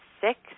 Six